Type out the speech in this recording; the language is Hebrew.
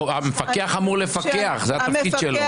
המפקח אמור לפקח, זה התפקיד שלו.